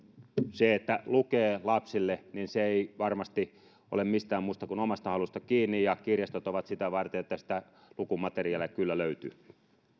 kun lukee lapsille niin se ei varmasti ole mistään muusta kuin omasta halusta kiinni ja kirjastot ovat sitä varten että sitä lukumateriaalia kyllä löytyy